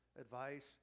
advice